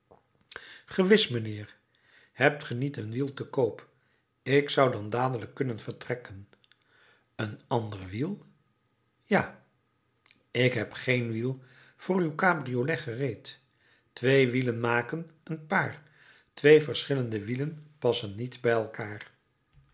gewis mijnheer hebt ge niet een wiel te koop ik zou dan dadelijk kunnen vertrekken een ander wiel ja ik heb geen wiel voor uw cabriolet gereed twee wielen maken een paar twee verschillende wielen passen niet bij elkaar